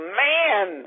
man